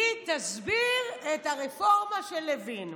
היא תסביר את הרפורמה של לוין.